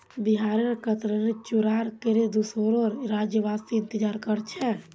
बिहारेर कतरनी चूड़ार केर दुसोर राज्यवासी इंतजार कर छेक